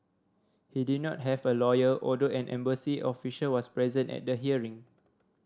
he did not have a lawyer although an embassy official was present at the hearing